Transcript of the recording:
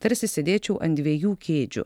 tarsi sėdėčiau ant dviejų kėdžių